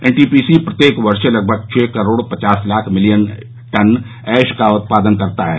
NTPC प्रत्येक वर्ष लगभग छह करोड पचास लाख मिलियन टन एश का उत्पादन करता है